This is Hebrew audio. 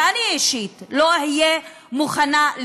ואני אישית לא אהיה מוכנה,